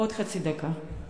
עוד חצי דקה.